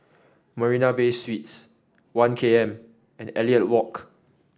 Marina Bay Suites One K M and Elliot Walk